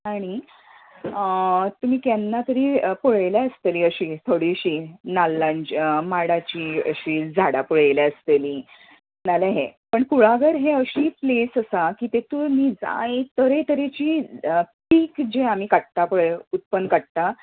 आनी तुमी केन्ना तरी पळयला आसतलीं अशीं थोडिशीं नल्लांची माडांची अशी झाडां पळयला आसतलीं नाल्या हेर पण कुळागर हे अशी प्लेस आसा की तेतूर नी जाय तरे तरेची पीक जे आमी काडटा पळय उत्पन्न काडटा